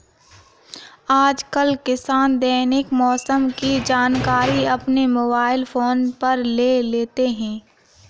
आजकल किसान दैनिक मौसम की जानकारी अपने मोबाइल फोन पर ले लेते हैं